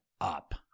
up